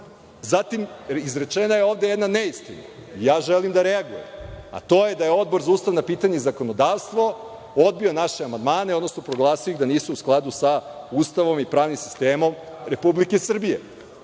izrečena je ovde jedna neistina, želim da reagujem, a to je da je Odbor za ustavna pitanja i zakonodavstvo odbio naše amandmane, odnosno proglasio ih da nisu u skladu sa Ustavom i pravnim sistemom Republike Srbije. To